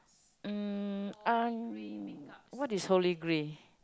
mm uh what is holy grail